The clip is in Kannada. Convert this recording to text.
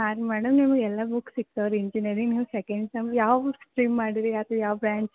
ಹಾಂ ರೀ ಮೇಡಮ್ ನೀವು ಎಲ್ಲ ಬುಕ್ ಸಿಕ್ತಾವೆ ರೀ ಇಂಜಿನಿಯರಿಂಗು ಸೆಕೆಂಡ್ ಸೆಮ್ ಯಾವ ಬುಕ್ ಅದು ಯಾವ ಬ್ರ್ಯಾಂಚ್